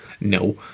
No